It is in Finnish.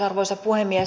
arvoisa puhemies